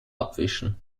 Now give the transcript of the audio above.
abwischen